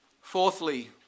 Fourthly